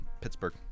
Pittsburgh